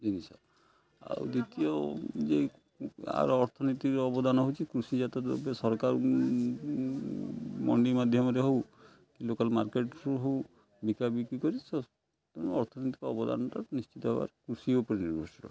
ଜିନିଷ ଆଉ ଦ୍ୱିତୀୟ ଯେ ଆର ଅର୍ଥନୀତିର ଅବଦାନ ହେଉଛି କୃଷିଜାତ ଦ୍ରବ୍ୟ ସରକାର ମଣ୍ଡି ମାଧ୍ୟମରେ ହଉ କି ଲୋକାଲ୍ ମାର୍କେଟରୁ ହଉ ବିକା ବିକି କରି ଅର୍ଥନୀତିକ ଅବଦାନଟା ନିଶ୍ଚିତ ହେବାର କୃଷି ଉପରେ ନିର୍ଭରଶୀଳ